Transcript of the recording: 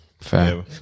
Fair